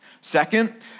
Second